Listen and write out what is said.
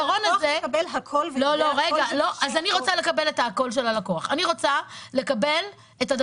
הלקוח מקבל הכול ויודע הכול -- אז אני רוצה לקבל את ה"הכול" של הלקוח.